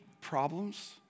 problems